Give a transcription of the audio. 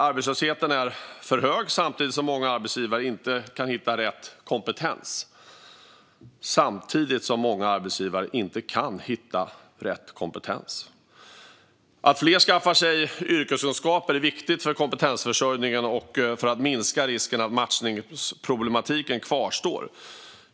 Arbetslösheten är hög samtidigt som många arbetsgivare inte kan hitta rätt kompetens. Att fler skaffar sig yrkeskunskaper är viktigt för kompetensförsörjningen och för att minska risken att matchningsproblematiken kvarstår.